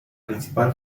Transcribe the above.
principal